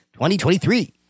2023